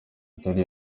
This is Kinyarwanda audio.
itari